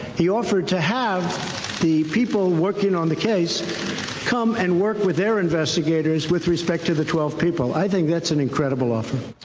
he offered to have the people working on the case come and work with their investigators with respect to the twelve people. i think that's an incredible offer.